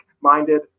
minded